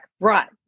right